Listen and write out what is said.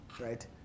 Right